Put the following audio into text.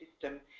system